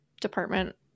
department